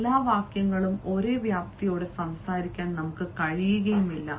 എല്ലാ വാക്യങ്ങളും ഒരേ വ്യാപ്തിയോടെ സംസാരിക്കാൻ കഴിയില്ല